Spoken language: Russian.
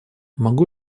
могу